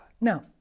Now